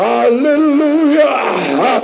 Hallelujah